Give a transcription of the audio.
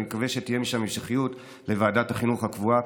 אני מקווה שתהיה משם המשכיות לוועדת החינוך הקבועה,